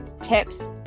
tips